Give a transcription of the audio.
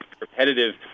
repetitive